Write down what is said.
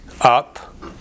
up